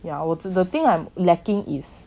yeah 我真的 the thing I'm lacking is